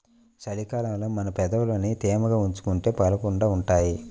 చలి కాలంలో మన పెదవులని తేమగా ఉంచుకుంటే పగలకుండా ఉంటాయ్